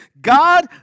God